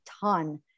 ton